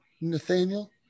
Nathaniel